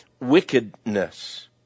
wickedness